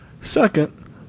second